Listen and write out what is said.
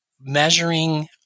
measuring